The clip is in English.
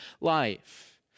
life